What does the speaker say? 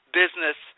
business